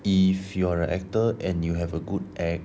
if you are an actor and you have a good act